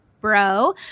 bro